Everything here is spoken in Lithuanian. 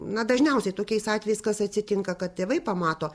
na dažniausiai tokiais atvejais kas atsitinka kad tėvai pamato